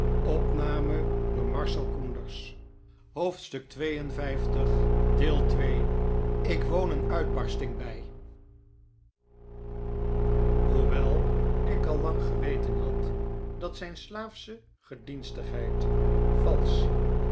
mij overlaten hoewel ik al lang geweten had dat zijn slaafsche gedienstigheid valsch